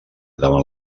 davant